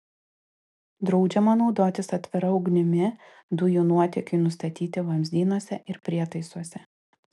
draudžiama naudotis atvira ugnimi dujų nuotėkiui nustatyti vamzdynuose ir prietaisuose